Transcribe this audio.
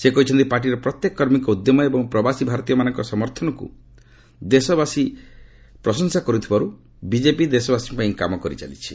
ସେ କହିଛନ୍ତି ପାର୍ଟିର ପ୍ରତ୍ୟେକ କର୍ମୀଙ୍କ ଉଦ୍ୟମ ଏବଂ ପ୍ରବାସୀ ଭାରତୀୟମାନଙ୍କ ସମର୍ଥନକୁ ଦେଶବାସୀ ସମର୍ଥନ ଜଣାଇଥିବାରୁ ବିଜେପି ଦେଶବାସୀଙ୍କପାଇଁ କାମ କରିଚାଲିଛି